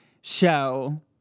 show